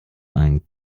einen